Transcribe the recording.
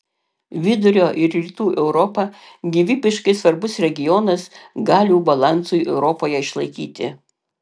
vidurio ir rytų europa gyvybiškai svarbus regionas galių balansui europoje išlaikyti